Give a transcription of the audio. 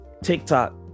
TikTok